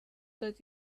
that